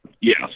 Yes